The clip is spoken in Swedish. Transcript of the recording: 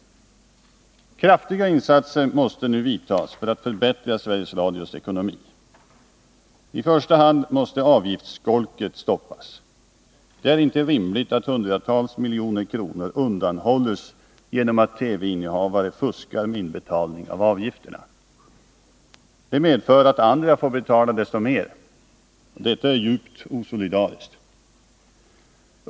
Kraftiga insatser måste nu vidtas för att förbättra Sveriges Radios ekonomi. I första hand måste avgiftsskolket stoppas. Det är inte rimligt att hundratals miljoner kronor undanhålles genom att TV-innehavare fuskar med inbetalning av avgifterna. Det medför att andra får betala desto mer. Detta är djupt osolidariskt.